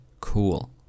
cool